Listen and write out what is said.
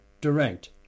direct